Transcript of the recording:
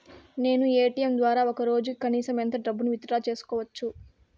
నేను ఎ.టి.ఎం ద్వారా ఒక రోజుకి కనీసం ఎంత డబ్బును విత్ డ్రా సేసుకోవచ్చు?